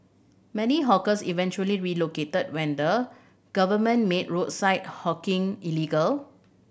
many hawkers eventually relocated when the government made roadside hawking illegal